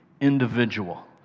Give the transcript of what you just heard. individual